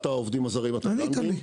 העובדים הזרים התאילנדים.